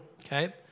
Okay